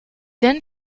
then